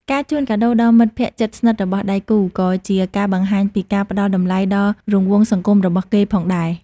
ការជូនកាដូដល់មិត្តភក្ដិជិតស្និទ្ធរបស់ដៃគូ ក៏ជាការបង្ហាញពីការផ្ដល់តម្លៃដល់រង្វង់សង្គមរបស់គេផងដែរ។